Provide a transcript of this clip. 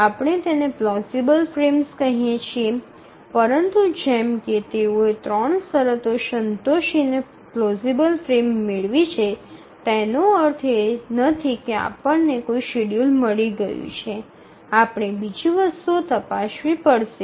આપણે તેને plausible frames કહીએ છીએ પરંતુ જેમ કે તેઓએ ૩ શરતો સંતોષીને પ્લોઝિબલ ફ્રેમ મેળવી છે તેનો અર્થ એ નથી કે આપણને કોઈ શેડ્યૂલ મળી ગયું છે આપણે બીજી વસ્તુઓ તપાસવી પડશે